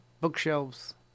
bookshelves